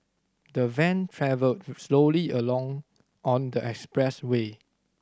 the van travelled slowly alone on the expressway